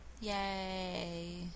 Yay